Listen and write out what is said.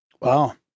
Wow